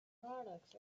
products